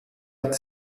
hat